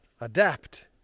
adapt